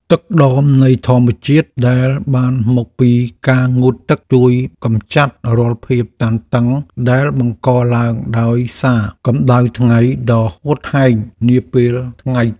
ទឹកដមនៃធម្មជាតិដែលបានមកពីការងូតទឹកជួយកម្ចាត់រាល់ភាពតានតឹងដែលបង្កឡើងដោយសារកម្តៅថ្ងៃដ៏ហួតហែងនាពេលថ្ងៃ។